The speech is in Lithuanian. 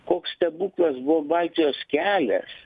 koks stebuklas buvo baltijos kelias